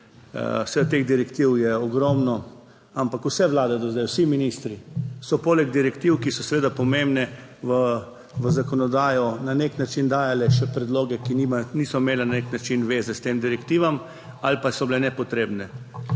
teh direktiv je ogromno, ampak vse vlade do zdaj, vsi ministri so poleg direktiv, ki so seveda pomembne, v zakonodajo na nek način dajale še predloge, ki nimajo, niso imele na nek način veze s temi direktivami ali pa so bile nepotrebne.